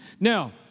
Now